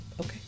okay